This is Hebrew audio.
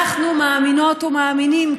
אנחנו מאמינות ומאמינים,